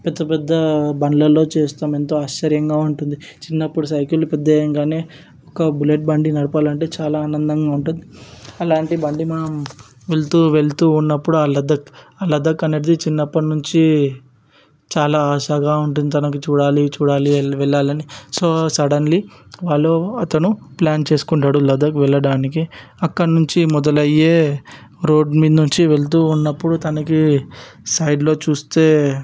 పెద్దపెద్ద బండ్లలో చేస్తాము ఎంతో ఆశ్చర్యంగా ఉంటుంది చిన్నప్పుడు సైకిల్ పెద్దయ్యాకే ఒక బుల్లెట్ బండి నడపాలి అంటే చాలా ఆనందంగా ఉంటుంది అలాంటి బండి మనం వెళుతూ వెళుతూ ఉన్నప్పుడు ఆ లదక్ ఆ లదక్ అనేది చిన్నప్పటి నుంచి చాలా ఆశగా ఉంటుంది తనకి చూడాలి చూడాలి వెళ్ళాలి వెళ్ళాలి అని సో సడన్లీ వాళ్ళు అతను ప్లాన్ చేసుకుంటాడు లదక్ వెళ్ళడానికి అక్కడి నుంచి మొదలయ్యే రోడ్ మీది నుంచి వెళుతూ ఉన్నప్పుడు తనకి సైడ్లో చూస్తే